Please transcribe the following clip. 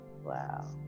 Wow